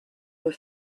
were